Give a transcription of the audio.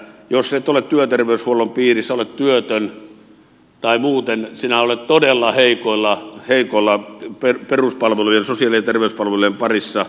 jos et ole työterveyshuollon piirissä olet työtön tai muuten sinä olet todella heikoilla peruspalvelujen sosiaali ja terveyspalvelujen parissa